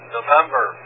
November